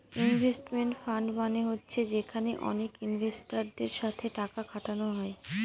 investment fund মানে হচ্ছে যেখানে অনেক ইনভেস্টারদের সাথে টাকা খাটানো হয়